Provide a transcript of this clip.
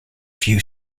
few